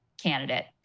candidate